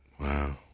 Wow